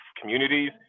communities